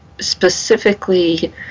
specifically